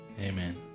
Amen